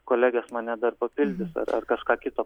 kolegės mane dar papildys ar ar kažką kito